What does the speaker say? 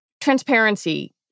transparency